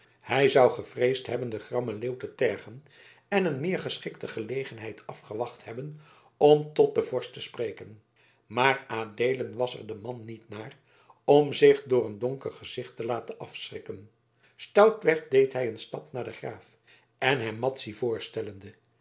hij zou gevreesd hebben den grammen leeuw te tergen en een meer geschikte gelegenheid afgewacht hebben om tot den vorst te spreken maar adeelen was er de man niet naar om zich door een donker gezicht te laten afschrikken stoutweg deed hij een stap naar den graaf en hem madzy voorstellende